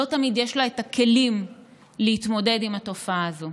לא תמיד יש לה כלים להתמודד עם התופעה הזאת.